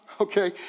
okay